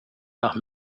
nach